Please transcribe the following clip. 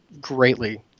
greatly